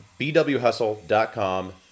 BWHustle.com